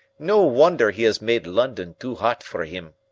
no wonder he has made london too hot for him.